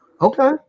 Okay